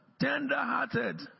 Tender-hearted